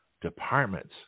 departments